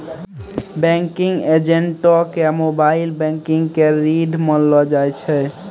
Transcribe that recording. banking एजेंटो के mobile banking के रीढ़ मानलो जाय छै